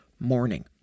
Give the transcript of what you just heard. morning